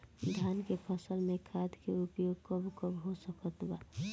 धान के फसल में खाद के उपयोग कब कब हो सकत बा?